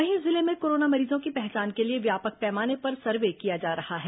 वहीं जिले में कोरोना मरीजों की पहचान के लिए व्यापक पैमाने पर सर्वे किया जा रहा है